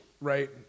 right